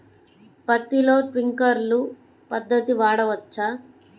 పత్తిలో ట్వింక్లర్ పద్ధతి వాడవచ్చా?